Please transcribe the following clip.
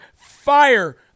fire